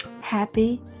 happy